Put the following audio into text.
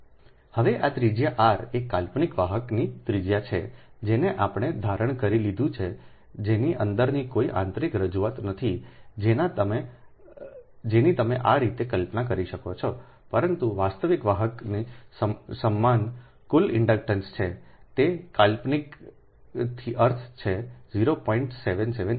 હવે આ ત્રિજ્યા r એ કાલ્પનિક વાહકની ત્રિજ્યા છે જેનો આપણે ધારણ કરી લીધું છે જેની અંદરની કોઈ આંતરિક રજૂઆત નથી જેની તમે આ રીતે કલ્પના કરી શકો છો પરંતુ વાસ્તવિક વાહકની સમાન કુલ ઇન્ડક્ટન્સ છે જે તે કાલ્પનિકનો અર્થ છે 0